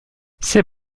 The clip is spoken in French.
c’est